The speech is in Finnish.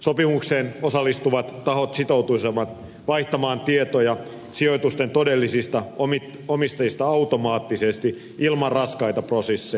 sopimukseen osallistuvat tahot sitoutuisivat vaihtamaan tietoja sijoitusten todellisista omistajista automaattisesti ilman raskaita prosesseja